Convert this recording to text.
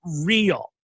real